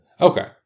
Okay